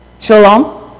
Shalom